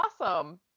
awesome